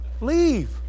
Leave